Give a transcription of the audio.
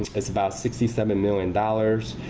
it's about sixty seven million dollars.